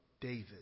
David